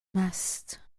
must